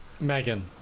Megan